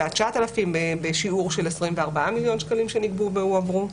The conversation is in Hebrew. היה 9,000 בשיעור של 24 מיליון שקלים שנגבו והועברו.